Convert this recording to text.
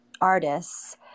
artists